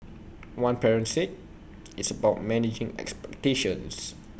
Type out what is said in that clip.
one parent said it's about managing expectations